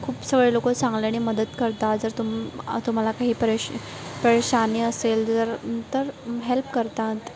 खूप सगळे लोकं चांगले आणि मदत करतात जर तुम तुम्हाला काही प्रेश परेशानी असेल तर तर हेल्प करतात